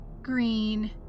green